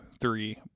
three